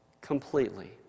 completely